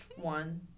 one